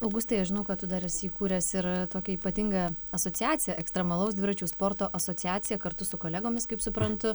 augustai aš žinau kad tu dar esi įkūręs ir tokią ypatingą asociaciją ekstremalaus dviračių sporto asociaciją kartu su kolegomis kaip suprantu